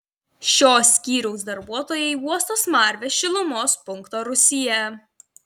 šio skyriaus darbuotojai uosto smarvę šilumos punkto rūsyje